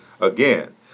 Again